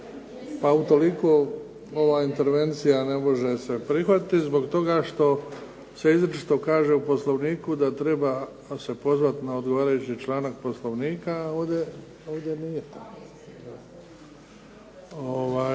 pa utoliko ova intervencija ne može se prihvatiti zbog toga što se izričito kaže u Poslovniku da treba se pozvati na odgovarajući članak Poslovnika. Ovdje nije tako.